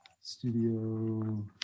Studio